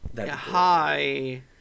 Hi